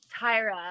Tyra